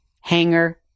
hanger